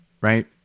right